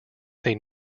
they